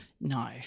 No